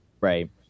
Right